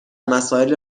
مسائل